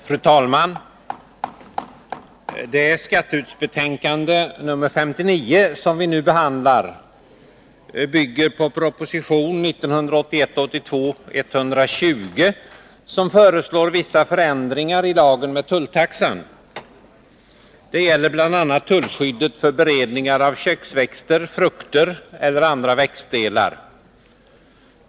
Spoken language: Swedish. Fru talman! Skatteutskottets betänkande nr 59, som vi nu behandlar, bygger på proposition 1981/82:120, där det föreslås vissa förändringar i lagen med tulltaxa. Det gäller bl.a. tullskyddet för beredningar av köksväxter, frukter eller andra växtdelar.